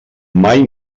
mai